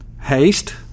haste